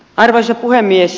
arvoisa puhemies